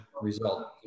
result